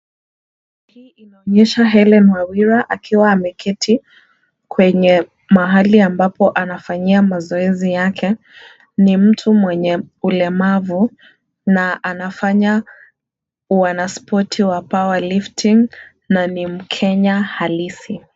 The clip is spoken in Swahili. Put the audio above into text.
Hii inaonyesha Helen Wawira akiwa ameketi kwenye mahali ambapo anafanyia mazoezi yake. Ni mtu mwenye ulemavu na anafanya wanaspoti wa powerlifting , na ni mkenya halisi.